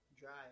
Drive